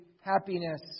happiness